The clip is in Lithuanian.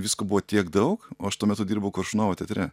visko buvo tiek daug o aš tuo metu dirbau koršunovo teatre